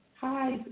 Hi